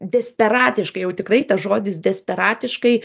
desperatiškai jau tikrai tas žodis desperatiškai